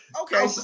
Okay